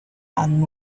had